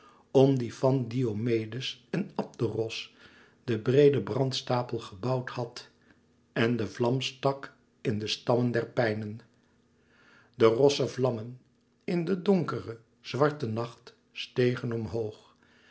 om die van diomedes en abderos den breeden brandstapel gebouwd had en de vlam stak in de stammen der pijnen de rosse vlammen in de donkere zwarte nacht stegen omhoog